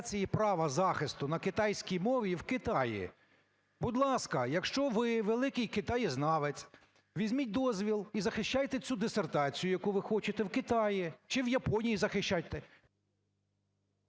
реалізації права захисту на китайській мові в Китаї. Будь ласка, якщо ви – великий китаєзнавець, візьміть дозвіл і захищайте цю дисертацію, яку ви хочете, в Китаї чи в Японії захищайте.